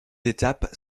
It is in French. étape